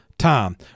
time